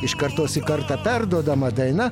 iš kartos į kartą perduodama daina